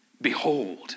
Behold